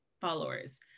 followers